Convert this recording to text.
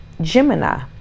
gemini